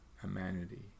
humanity